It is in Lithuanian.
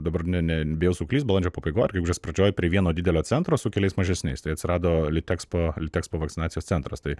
dabar ne ne bijau suklyst balandžio pabaigoj gegužės pradžioj prie vieno didelio centro su keliais mažesniais tai atsirado litexpo litexpo vakcinacijos centras tai